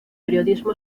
periodismo